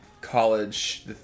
College